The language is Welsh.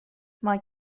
mae